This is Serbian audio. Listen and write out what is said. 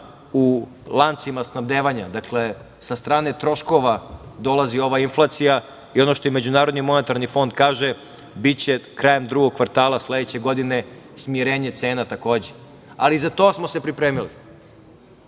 u lancima snabdevanja. Sa strane troškova dolazi ova inflacija i ono što i MMF kaže – biće krajem drugog kvartala sledeće godine smirenje cena takođe, ali i za to smo se pripremili. Mi